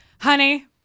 Honey